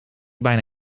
bijna